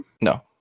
No